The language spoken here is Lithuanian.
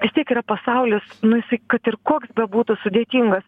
vis tiek yra pasaulis nu jisai kad ir koks bebūtų sudėtingas